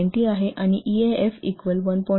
90 आहे आणि E A F equal 1